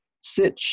sit